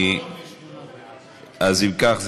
אם כך,